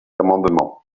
amendement